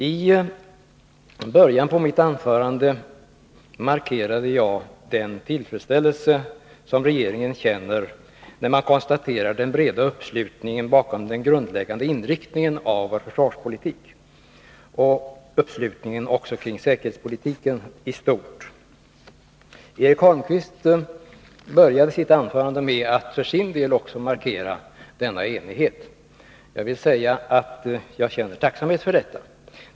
I början på mitt anförande markerade jag den tillfredsställelse regeringen känner, när man konstaterar den breda uppslutningen bakom den grundläggande inriktningen av vår försvarspolitik och uppslutningen också kring säkerhetspolitiken i stort. Eric Holmqvist började sitt anförande med att för sin del också markera denna enighet. Jag vill säga att jag känner tacksamhet för detta.